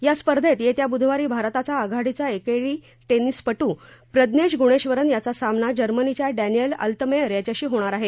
या स्पर्धेत येत्या बुधवारी भारताचा आघाडीचा एकेरी टेनिसपटू प्रज्ञेश गुणेश्वरन याचा सामना जर्मनीच्या डानिअल अल्तमेअर याच्याशी होणार आहे